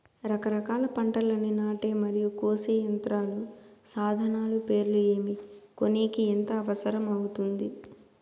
రకరకాల పంటలని నాటే మరియు కోసే యంత్రాలు, సాధనాలు పేర్లు ఏమి, కొనేకి ఎంత అవసరం అవుతుంది?